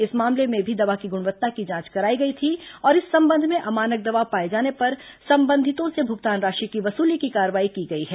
इस मामले में भी दवा की गुणवत्ता की जांच कराई गई थी और इस संबंध में अमानक दवा पाए जाने पर संबंधितों से भुगतान राशि की वसूली की कार्रवाई की गई है